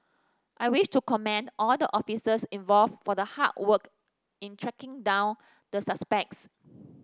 I wish to commend all the officers involved for the hard work in tracking down the suspects